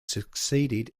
succeeded